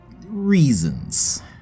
reasons